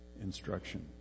instruction